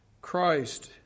Christ